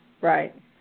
Right